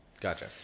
Gotcha